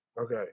Okay